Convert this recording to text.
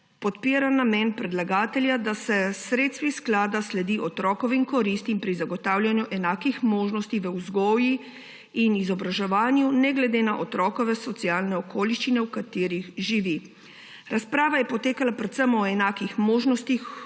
podpira namen predlagatelja, da se s sredstvi sklada sledi otrokovim koristim pri zagotavljanju enakih možnosti v vzgoji in izobraževanju, ne glede na otrokove socialne okoliščine, v katerih živi. Razprava je potekala predvsem o enakih možnostih